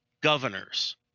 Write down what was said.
governors